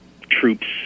troops